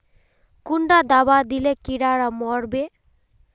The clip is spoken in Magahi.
कुंडा दाबा दिले कीड़ा मोर बे?